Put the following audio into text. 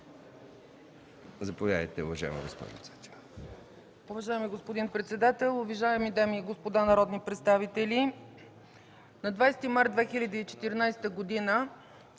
Заповядайте, уважаеми господин Стоилов.